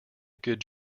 good